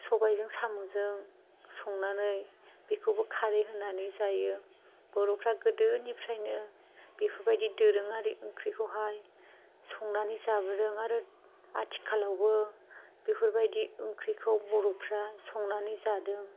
सबायजों साम'जों संनानै बेखौबो खारै होनानै जायो बर'फोरा गोदोनिफ्रायनो बेफोरबायदि दोरोङारि ओंख्रिखौहाय संनानै जाबोदों आरो आथिखालावबो बेफोरबायदि ओंख्रिखौ बर'फोरा संनानै जादों